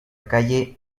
calle